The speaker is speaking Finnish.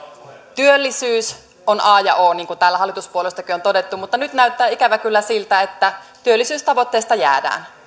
työllisyys on a ja o niin kuin täällä hallituspuolueistakin on todettu mutta nyt näyttää ikävä kyllä siltä että työllisyystavoitteesta jäädään